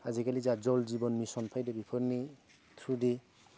आजिकालि जा जल जिबन मिसन फैदो बेफोरनि थ्रुयै